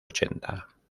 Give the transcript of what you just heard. ochenta